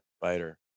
fighter